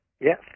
Yes